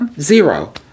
Zero